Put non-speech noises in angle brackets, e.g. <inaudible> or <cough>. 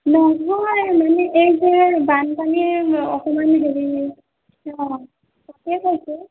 নহয় মানে এই যে বানপানীৰ অকণমান <unintelligible> <unintelligible> কৈছে